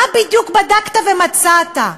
מה בדיוק בדקת ומצאת?